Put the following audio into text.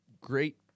great